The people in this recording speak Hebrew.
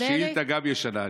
השאילתה גם ישנה.